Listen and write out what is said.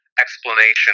explanation